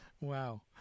Wow